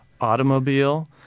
automobile